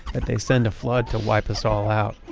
that they send a flood to wipe us all out.